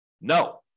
No